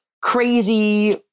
crazy